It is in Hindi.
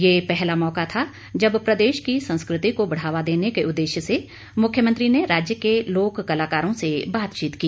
ये पहला मौका था जब प्रदेश की संस्कृति को बढ़ावा देने के उद्देश्य से मुख्यमंत्री ने राज्य क लोक कलाकरों से बातचीत की